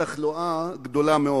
יש לו רחשי גדלות, הוא חשב שהוא מוזס.